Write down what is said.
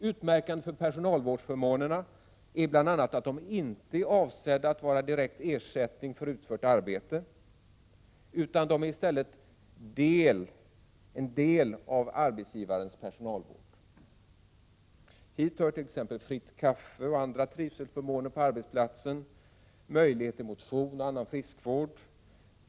Utmärkande för personalvårdsförmånerna är bl.a. att de inte är avsedda att vara en direkt ersättning för utfört arbete, utan de är i stället en del av arbetsgivarens personalvård. Hit hör t.ex. fritt kaffe och andra trivselförmåner på arbetsplatsen, möjlighet till motion och annan friskvård.